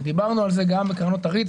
הרי דיברנו על זה גם בקרנות ה-ריט.